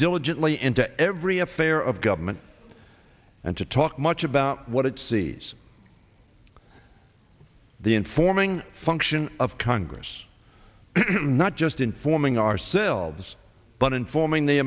diligently into every affair of government and to talk much about what it sees the informing function of congress not just informing ourselves but informing the